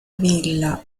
villa